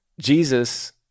Jesus